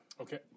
Okay